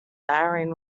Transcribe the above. ariane